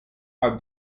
are